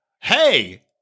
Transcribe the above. Hey